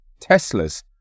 Teslas